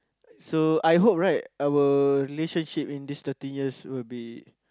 so I hope right our relationship in this thirteen years will be